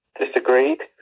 disagreed